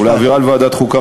ולהעבירה לוועדת חוקה,